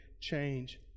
change